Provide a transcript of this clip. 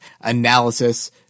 analysis